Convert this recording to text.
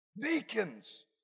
Deacons